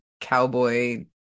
cowboy